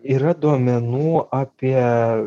yra duomenų apie